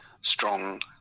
strong